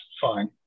fine